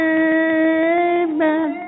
amen